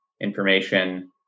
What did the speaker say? information